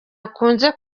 akunze